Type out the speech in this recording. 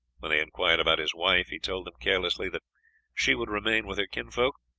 when they inquired about his wife, he told them carelessly that she would remain with her kinsfolk,